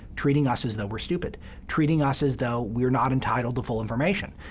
treating us as though we're stupid treating us as though we're not entitled to full information